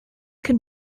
can